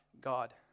God